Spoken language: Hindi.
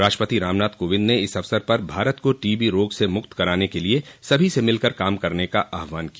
राष्ट्रपति रामनाथ कोविंद ने इस अवसर पर भारत को टीबी रोग से मुक्त कराने के लिए सभी से मिलकर काम करने का आहवान किया